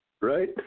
Right